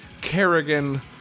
Kerrigan